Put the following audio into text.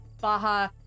baja